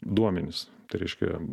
duomenys tai reiškia